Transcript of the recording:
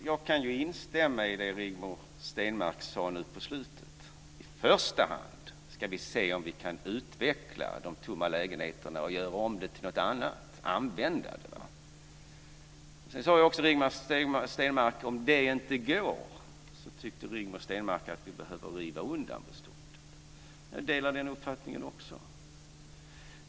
Fru talman! Jag kan instämma i det som Rigmor Stenmark sade nu på slutet. I första hand ska vi se om vi kan utveckla de tomma lägenheterna och göra om dem till något annat - att använda dem. Sedan sade Rigmor Stenmark att om det inte går så får man riva ned beståndet. Jag delar även den uppfattningen.